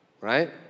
Right